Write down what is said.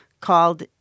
called